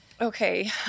Okay